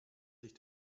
sich